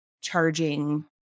charging